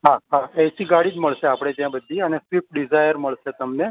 હાં હાં એસી ગાડી જ મળશે આપણે ત્યાં બધી અને સ્વિફ્ટ ડિઝાયર મળશે તમને